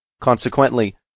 Consequently